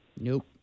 Nope